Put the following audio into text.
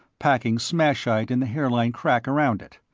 packing smashite in the hairline crack around it.